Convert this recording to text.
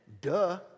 Duh